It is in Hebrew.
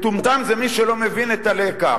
מטומטם זה מי שלא מבין את הלקח.